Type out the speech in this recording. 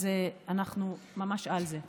אז אנחנו ממש על זה.